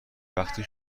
وقتی